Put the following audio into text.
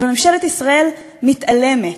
אבל ממשלת ישראל מתעלמת.